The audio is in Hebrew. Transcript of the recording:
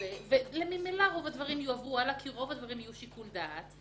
ממילא רוב הדברים יועברו הלאה ויצטרכו שיקול דעת.